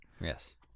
Yes